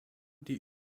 die